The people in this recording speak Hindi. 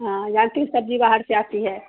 हाँ यहाँ की सब्ज़ी बाहर से आती है